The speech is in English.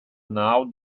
now